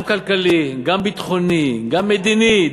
גם כלכלי, גם ביטחוני, גם מדיני.